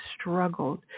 struggled